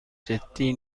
جدی